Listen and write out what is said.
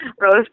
Rose